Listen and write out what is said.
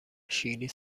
شیلی